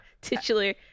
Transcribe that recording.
Titular